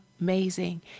amazing